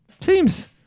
seems